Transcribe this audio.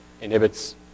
inhibits